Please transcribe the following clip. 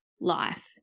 life